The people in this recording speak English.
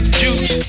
juice